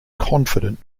confident